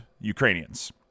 Ukrainians